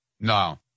No